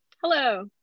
Hello